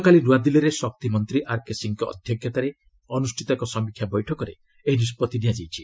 ଗତକାଲି ନ୍ତଆଦିଲ୍ଲୀରେ ଶକ୍ତିମନ୍ତ୍ରୀ ଆର୍କେ ସିଂଙ୍କ ଅଧ୍ୟକ୍ଷତରେ ଅନୁଷ୍ଠିତ ଏକ ସମୀକ୍ଷା ବୈଠକରେ ଏହି ନିଷ୍କଭି ନିଆଯାଇଛି